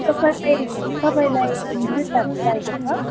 तपाईँलाई तपाईँलाई जुत्ताहरू चाहिएको छ